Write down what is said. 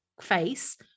face